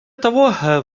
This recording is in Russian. того